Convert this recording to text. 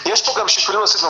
יש פה גם שיקולים נוספים,